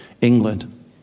England